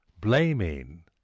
Blaming